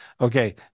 Okay